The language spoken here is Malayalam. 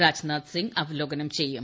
രാജ്നാഥ് സിംഗ് അവലോകനം ചെയ്യും